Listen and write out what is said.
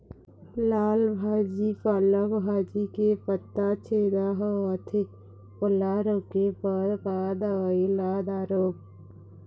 लाल भाजी पालक भाजी के पत्ता छेदा होवथे ओला रोके बर का दवई ला दारोब?